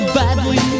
badly